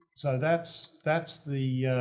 so that's, that's the